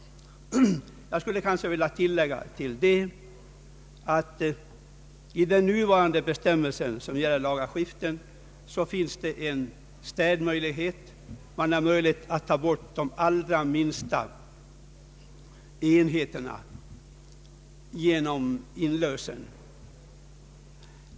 Enligt de nuvarande bestämmelserna om laga skifte finns det emellertid härvidlag en städmöjlighet; möjlighet föreligger att gallra ut de allra minsta enheterna genom inlösen.